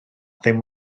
ddim